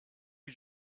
you